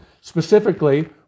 specifically